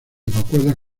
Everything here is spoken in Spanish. evacuadas